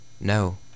No